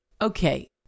Okay